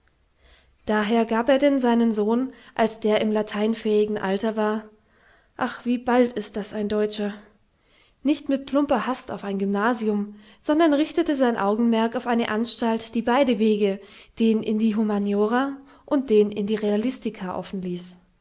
daher gab er denn seinen sohn als der im lateinfähigen alter war ach wie bald ist das ein deutscher nicht mit plumper hast auf ein gymnasium sondern richtete sein augenmerk auf eine anstalt die beide wege den in die humaniora und den in die realistika offen ließ